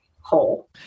whole